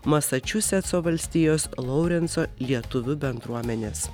masačiusetso valstijos lorenco lietuvių bendruomenės